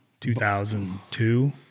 2002